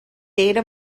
data